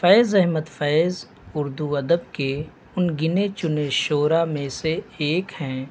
فیض احمد فیض اردو ادب کے ان گنے چنے شعرا میں سے ایک ہیں